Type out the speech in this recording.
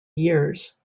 years